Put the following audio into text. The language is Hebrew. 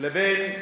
לבין